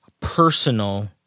personal